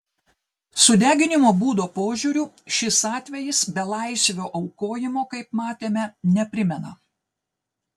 sudeginimo būdo požiūriu šis atvejis belaisvio aukojimo kaip matėme neprimena